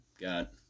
Got